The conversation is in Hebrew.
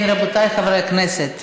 כן, רבותיי חברי הכנסת.